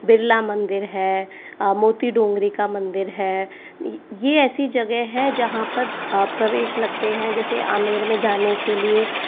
बिरला मंदिर है मोती डोंगरी का मंदिर है यह ऐसी जगह है जहाँ पर प्रवेश लगते हैं जैसे आमेर में जाने के लिए